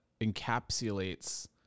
encapsulates